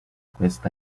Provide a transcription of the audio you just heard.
questa